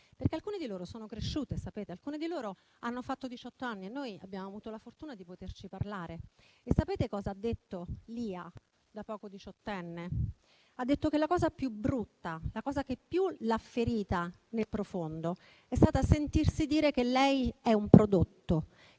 Alcuni di loro sono cresciuti, hanno compiuto diciotto anni. Noi abbiamo avuto la fortuna di poterci parlare. Sapete cosa ha detto Lia, da poco diciottenne? Ha detto che la cosa più brutta, che più l'ha ferita nel profondo, è stata sentirsi dire che lei è un prodotto,